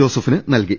ജോസഫിന് നൽകി